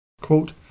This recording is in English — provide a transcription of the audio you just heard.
Quote